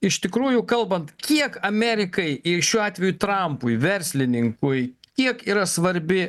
iš tikrųjų kalbant kiek amerikai ir šiuo atveju trampui verslininkui kiek yra svarbi